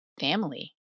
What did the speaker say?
family